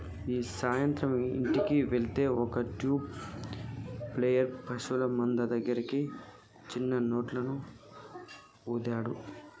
గీ సాయంత్రం ఇంటికి వెళ్తే ఒక ట్యూబ్ ప్లేయర్ పశువుల మంద దగ్గర సిన్న నోట్లను ఊదాడు